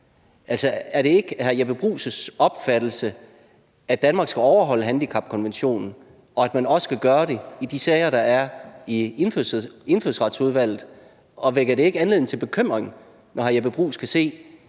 Er det ikke hr. Jeppe Bruus' opfattelse, at Danmark skal overholde handicapkonventionen, og at man også skal gøre det i de sager, der er i Indfødsretsudvalget? Og giver det ikke anledning til bekymring, når hr. Jeppe Bruus kan se,